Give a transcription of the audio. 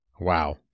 Wow